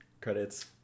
credits